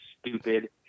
stupid